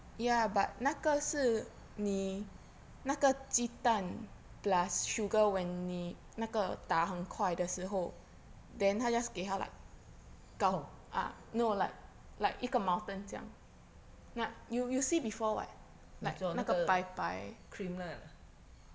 你说那个 cream 啦